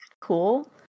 Cool